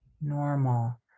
normal